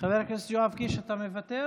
חבר הכנסת יואב קיש, אתה מוותר?